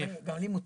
גם לי מותר.